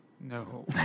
no